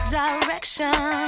direction